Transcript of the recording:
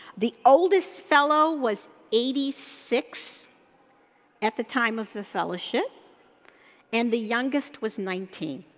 the oldest fellow was eighty six at the time of the fellowship and the youngest was nineteen.